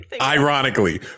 ironically